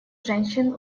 женщин